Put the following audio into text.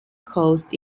coast